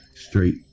Straight